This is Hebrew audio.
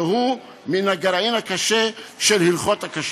והוא מן הגרעין הקשה של הלכות הכשרות.